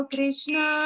Krishna